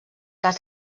cas